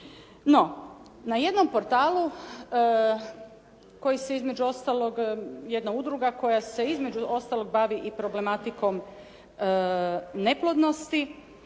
No, na jednom portalu koji se između ostalog jedna udruga koja se između ostalog bavi i problematikom neplodnosti